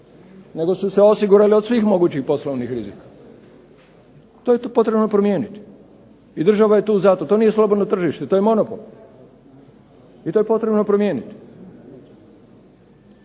nego su se osigurali od svih mogućih poslovnih rizika. To je potrebno promijeniti i država je tu zato. To nije slobodno tržište, to je monopol. I to je potrebno promijeniti.